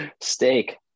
Steak